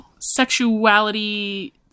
sexuality